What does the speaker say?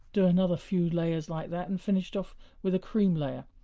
do another few layers like that and finish it off with a cream layer.